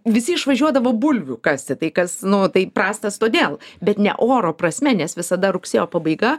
visi išvažiuodavo bulvių kasti tai kas nu va tai prastas todėl bet ne oro prasme nes visada rugsėjo pabaiga